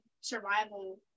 survival